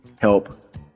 help